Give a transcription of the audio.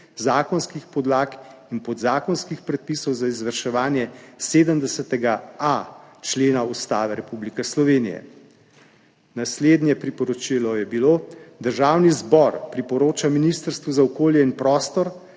zakonskih podlag in podzakonskih predpisov za izvrševanje 70.a člena Ustave Republike Slovenije.« Naslednje priporočilo je bilo: »Državni zbor priporoča Ministrstvu za okolje in prostor,